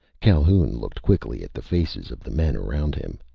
calhoun looked quickly at the faces of the men around him.